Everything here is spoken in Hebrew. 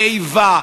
ואיבה,